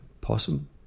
Possum